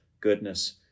goodness